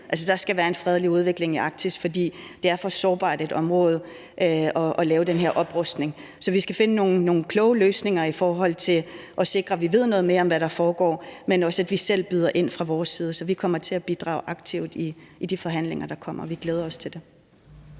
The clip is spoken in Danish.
der skal være en fredelig udvikling i Arktis. For det er for sårbart et område i forhold til at lave den her oprustning. Så der skal findes nogle kloge løsninger i forhold til at sikre, at man ved noget mere om, hvad der foregår, men også at vi selv byder ind fra vores side. Så vi kommer til at bidrage aktivt i de forhandlinger, der kommer, og vi glæder os til det.